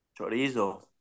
Chorizo